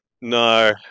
No